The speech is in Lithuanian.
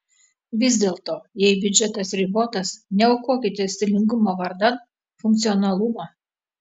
vis dėlto jei biudžetas ribotas neaukokite stilingumo vardan funkcionalumo